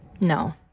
no